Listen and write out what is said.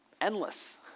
endless